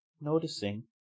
noticing